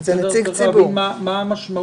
הוא לא נציג ציבור, אם למשל